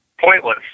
pointless